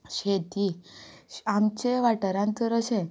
शेती आमचे वाठारांत तर अशें